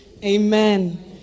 amen